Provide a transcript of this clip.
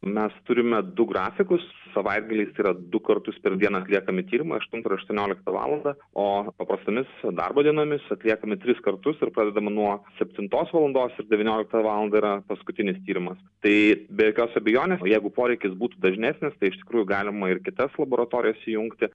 mes turime du grafikus savaitgaliais yra du kartus per dieną atliekami tyrimai aštuntą ir aštuonioliktą valandą o paprastomis darbo dienomis atliekame tris kartus ir pradedam nuo septintos valandos ir devynioliktą valandą yra paskutinis tyrimas tai be jokios abejonės jeigu poreikis būtų dažnesnis tai iš tikrųjų galima ir kitas laboratorijas įjungti